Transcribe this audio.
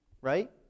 right